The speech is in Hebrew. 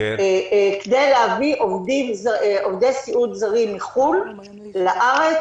כדי להביא עובדי סיעוד זרים מחו"ל לארץ